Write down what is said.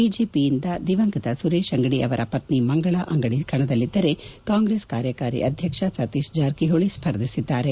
ಬಿಜೆಪಿಯಿಂದ ದಿವಂಗತ ಸುರೇಶ್ ಅಂಗಡಿ ಅವರ ಪತ್ತಿ ಮಂಗಳಾ ಅಂಗಡಿ ಕಣದಲ್ಲಿದ್ದರೆ ಕಾಂಗ್ರೆಸ್ ಕಾರ್ಯಕಾರಿ ಅಧ್ಯಕ್ಷ ಸತೀಶ್ ಜಾರಕಿಹೊಳಿ ಸ್ಸರ್ಧಿಸಿದ್ದಾರೆ